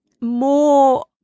more